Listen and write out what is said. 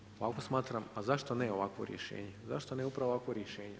Međutim, ovako smatram, a zašto ne ovakvo rješenje, zašto ne upravo ovakvo rješenje?